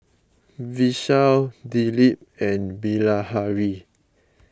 Vishal Dilip and Bilahari